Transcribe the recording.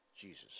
Jesus